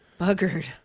Buggered